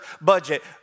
budget